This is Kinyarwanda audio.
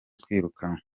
kwirukanwa